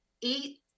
eat